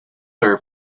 are